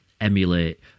emulate